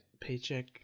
Paycheck